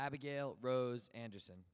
abigail rose anderson